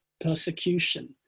persecution